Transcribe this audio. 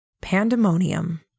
Pandemonium